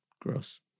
Gross